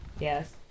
Yes